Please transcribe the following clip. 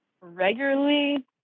regularly